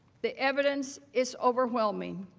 the evidence is overwhelming.